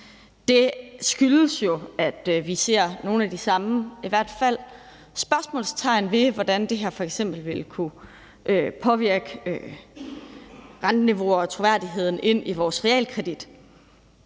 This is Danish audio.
hvert fald også sætter nogle af de samme spørgsmålstegn ved, hvordan her f.eks. vil kunne påvirke renteniveauet og troværdigheden inden for realkreditmarkedet.